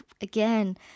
again